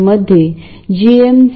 आपण याची व्यवस्था कशी करू